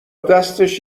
دستش